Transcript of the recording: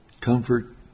comfort